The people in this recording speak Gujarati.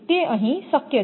તે અહીં શક્ય છે